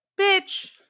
bitch